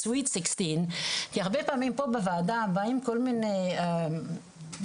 כי הרבה פעמים פה בוועדה באים כל מיני בחורים